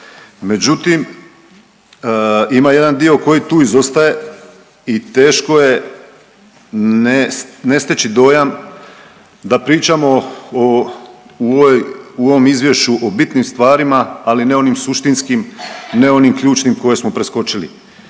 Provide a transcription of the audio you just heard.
Međutim, ima jedan dio koji tu izostaje i teško je ne steći dojam da pričamo u ovom izvješću o bitnim stvarima, ali ne onim suštinskim, ne onim ključnim koje smo preskočili.